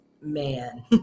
man